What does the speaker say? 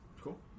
Cool